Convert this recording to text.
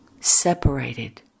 separated